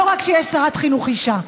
לא רק כשיש שרת חינוך אישה.